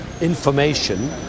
information